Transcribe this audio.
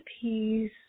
peace